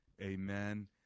Amen